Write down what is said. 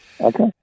Okay